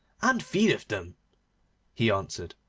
and feedeth them he answered.